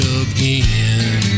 again